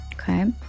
Okay